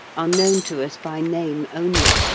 are known to us by name only,